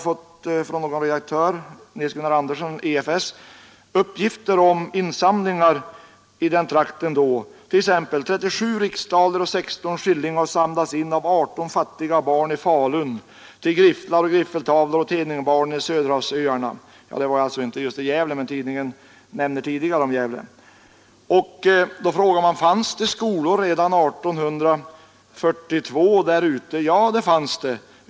Från redaktör Nils-Gunnar Andersson, EFS, har man fått uppgifter om insamlingar i Gävletrakten på 1840-talet. Tidningen skriver: ”37 riksdaler och 16 skilling har samlats in av 18 fattiga barn i Falun till grifflar och griffeltavlor åt hedningabarnen på Söderhavsöarna.” — Detta gällde alltså inte just Gävle, men tidningen nämner tidigare Gävle. — Man frågar sig då: Fanns det skolor där ute redan 1842? Ja, det fanns det.